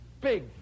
Big